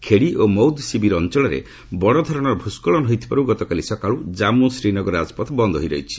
ଖେଡ଼ି ଓ ମଉଦ୍ ଶିବିର ଅଞ୍ଚଳରେ ବଡ଼ଧରଣର ଭ୍ରସ୍କଳନ ହୋଇଥିବାରୁ ଗତକାଲି ସକାଳୁ କାମ୍ପୁ ଶ୍ରୀନଗର ରାଜପଥ ବନ୍ଦ ହୋଇ ରହିଛି